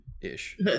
ish